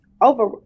Over